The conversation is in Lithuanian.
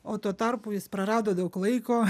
o tuo tarpu jis prarado daug laiko